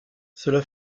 cela